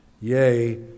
yea